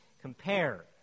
compare